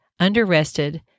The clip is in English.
underrested